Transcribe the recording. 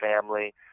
Family